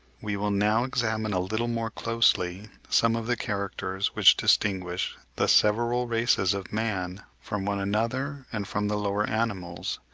we will now examine a little more closely some of the characters which distinguish the several races of man from one another and from the lower animals,